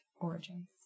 origins